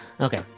Okay